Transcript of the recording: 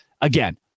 Again